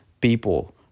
people